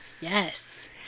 Yes